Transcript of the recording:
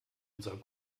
unserer